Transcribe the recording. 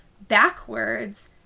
backwards